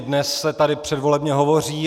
Dnes se tady předvolebně hovoří.